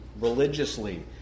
religiously